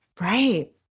Right